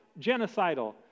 genocidal